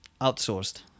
outsourced